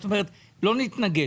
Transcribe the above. זאת אומרת, לא נתנגש.